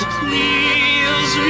please